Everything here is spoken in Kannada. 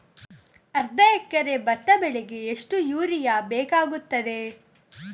ಅರ್ಧ ಎಕರೆ ಭತ್ತ ಬೆಳೆಗೆ ಎಷ್ಟು ಯೂರಿಯಾ ಬೇಕಾಗುತ್ತದೆ?